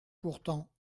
pourtant